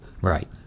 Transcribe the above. Right